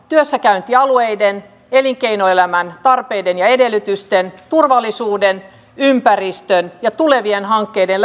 työssäkäyntialueiden elinkeinoelämän tarpeiden ja edellytysten turvallisuuden ympäristön ja tulevien hankkeiden